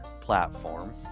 platform